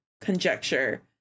conjecture